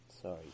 Sorry